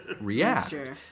react